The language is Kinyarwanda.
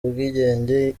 ubwigenge